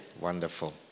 wonderful